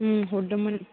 हरदोंमोन